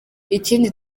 ikindi